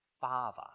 Father